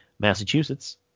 Massachusetts